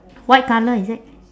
white colour is it